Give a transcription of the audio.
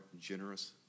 generous